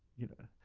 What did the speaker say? you know,